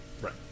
Right